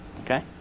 Okay